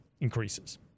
increases